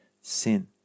sin